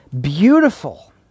beautiful